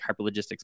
hyperlogistics